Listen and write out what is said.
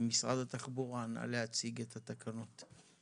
משרד התחבורה, נא להציג את התקנות.